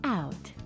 out